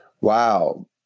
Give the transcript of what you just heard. Wow